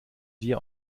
dir